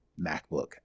MacBook